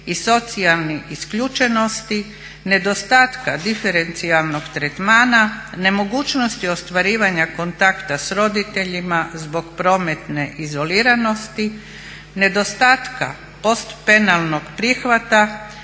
i socijalnih isključenosti, nedostatka diferencijalnog tretmana, nemogućnosti ostvarivanja kontakta sa roditeljima zbog prometne izoliranosti, nedostatka post penalnog prihvata